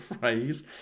phrase